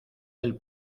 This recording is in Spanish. del